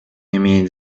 имеет